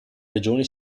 regione